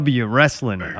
wrestling